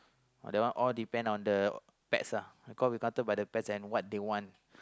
the one all depend on the pets lah because we counted by the pets and what they want